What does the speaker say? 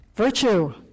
Virtue